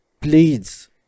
please